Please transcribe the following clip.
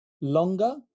longer